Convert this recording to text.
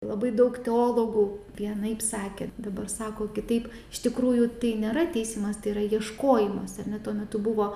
labai daug tolau vienaip sakė dabar sako kitaip iš tikrųjų tai nėra teisimas tai yra ieškojimas ar ne tuo metu buvo